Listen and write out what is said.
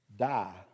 die